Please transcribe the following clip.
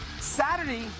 Saturday